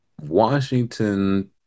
Washington